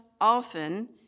often